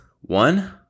One